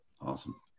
Awesome